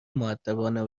مودبانه